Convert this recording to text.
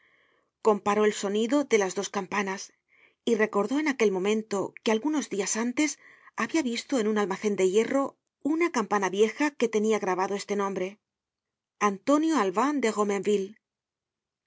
comparó el sonido de las dos campanas y recordó en aquel momento que algunos dias antes habia visto en un almacen de hierro una campana vieja que tenia grabado este nombre antonio albin de